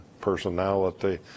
personality